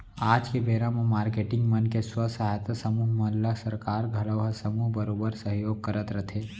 आज के बेरा म मारकेटिंग मन के स्व सहायता समूह मन ल सरकार घलौ ह समूह बरोबर सहयोग करत रथे